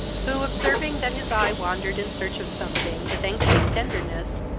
who, observing that his eye wandered in search of something, with anxious tenderness,